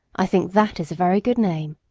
i think that is a very good name.